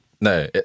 No